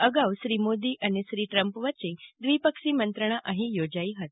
અગાઉ શ્રી મોદી અને શ્રીયુત ટ્રમ્પ વચ્યે દ્વિપક્ષી મંત્રણા અહી યોજાઇ હતી